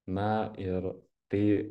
na ir tai